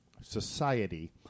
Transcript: society